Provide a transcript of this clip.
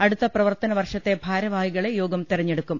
അടുത്ത പ്രവർത്തന വർഷത്തെ ഭാരവാഹികളെ യോഗം തെരഞ്ഞെടുക്കും